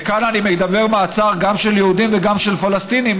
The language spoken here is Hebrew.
וכאן אני מדבר על מעצר גם של יהודים וגם של פלסטינים,